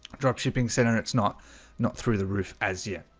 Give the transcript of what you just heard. drop shipping center. it's not not through the roof as you.